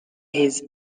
his